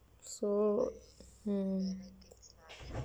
so mm